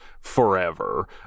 forever